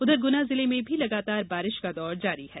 उधर गुना जिले में भी लगातार बारिश का दौर जारी है